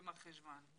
במרחשוון,